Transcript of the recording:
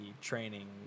training